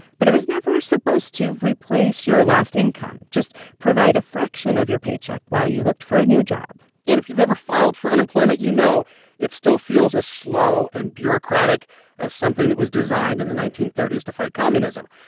but it was never supposed to replace your lost income just provide a fraction of your paycheck while you looked for a new job and if you've ever filed for unemployment, you know it still feels as slow and bureaucratic as something that was designed in the nineteen thirty s to fight communism.